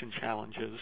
challenges